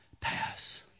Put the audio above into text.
pass